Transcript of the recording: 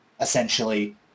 essentially